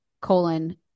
colon